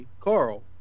Carl